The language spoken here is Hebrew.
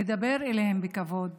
לדבר אליהן בכבוד,